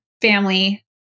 Family